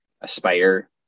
aspire